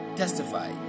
testify